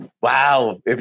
wow